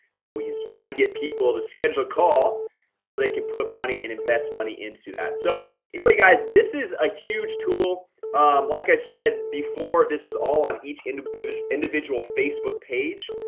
so he's trying to get people to schedule call so they can put money and invest money into that. so anyway guys, this is a huge tool like i said before this was all on each individual individual facebook page,